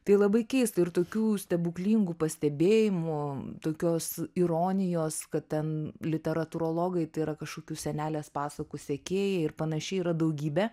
tai labai keista ir tokių stebuklingų pastebėjimų tokios ironijos kad ten literatūrologai tai yra kažkokių senelės pasakų sekėjai ir panašiai yra daugybė